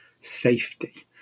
safety